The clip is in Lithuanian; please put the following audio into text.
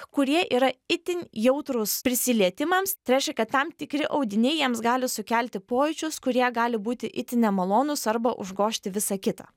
kurie yra itin jautrūs prisilietimams tai reiškia kad tam tikri audiniai jiems gali sukelti pojūčius kurie gali būti itin nemalonūs arba užgožti visą kitą